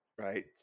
Right